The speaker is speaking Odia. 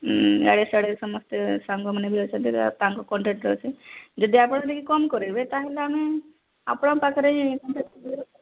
ହଁ ଆଡ଼େ ସିଆଡ଼େ ସମସ୍ତେ ସାଙ୍ଗମାନେ ବି ଅଛନ୍ତି ତାଙ୍କ କଣ୍ଟାକ୍ଟ ବି ଅଛି ଯଦି ଆପଣ ଟିକେ କମ୍ କରେଇବେ ତାହେଲେ ଆମେ ଆପଣଙ୍କ ପାଖରେ